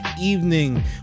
evening